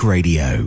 Radio